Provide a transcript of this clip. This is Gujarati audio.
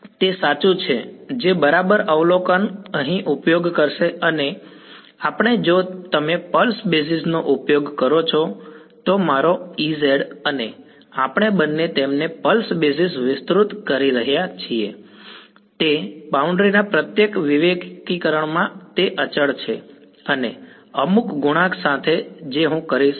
બરાબર હા તે સારું છે જે બરાબર અવલોકન અહીં ઉપયોગ કરશે આપણે જો તમે પલ્સ બેઝિસ નો ઉપયોગ કરો છો તો મારો Ez અને આપણે બંને તેમને પલ્સ બેઝિસ વિસ્તૃત કરી રહ્યા છીએ તે બાઉન્ડ્રી ના પ્રત્યેક વિવેકીકરણમાં તે અચળ છે અને અમુક ગુણાંક સાથે જે હું કરીશ